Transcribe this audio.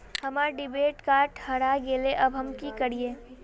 हमर debit card हरा गेले अब हम की करिये?